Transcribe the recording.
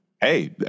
Hey